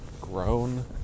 grown